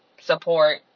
support